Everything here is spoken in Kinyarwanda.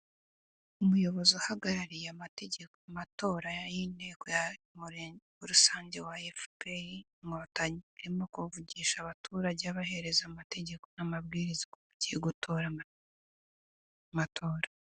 Umuyobozi uhagarariye amatora y'inteko y'Umurenge rusange wa FPR Inkotanyi arimo kuvugisha abaturage abahereza amategeko n'amabwiriza uko bagiye gutora amatora.